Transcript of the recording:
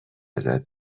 ازت